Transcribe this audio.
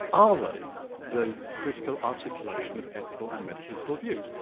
ah they the critical articulation of ethical and metaphysical views?